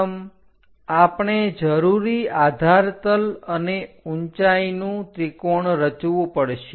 પ્રથમ આપણે જરૂરી આધાર તલ અને ઊંચાઈનું ત્રિકોણ રચવું પડશે